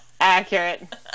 accurate